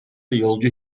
yolcu